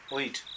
wait